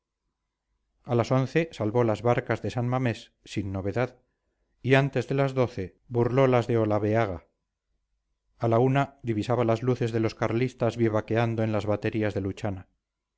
a las once salvó las barcas de san mamés sin novedad y antes de las doce burló las de olaveaga a la una divisaba las luces de los carlistas vivaqueando en las baterías de luchana